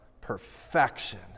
perfection